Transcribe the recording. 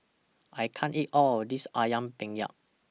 I can't eat All of This Ayam Penyet